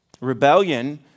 Rebellion